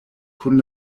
kun